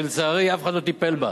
ולצערי אף אחד לא טיפל בה.